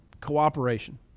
cooperation